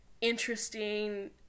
interesting